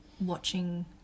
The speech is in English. watching